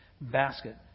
basket